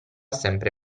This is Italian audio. sempre